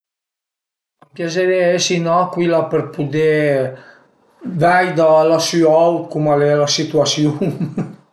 Piazerìa esi n'acuila për pudé vei da lasü aut cum a l'e la situasiun